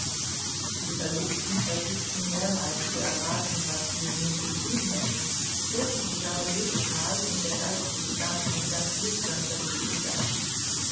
die verlobten versuchten mehrmals zu erraten was sie nun zu tun hätten irrten sich aber jedesmal und der geistliche gab ihnen dann flüsternd das richtige an